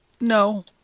No